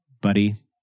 buddy